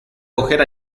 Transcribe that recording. coger